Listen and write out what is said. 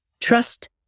Trust